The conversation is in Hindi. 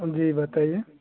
जी बताइए